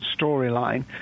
storyline